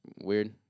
weird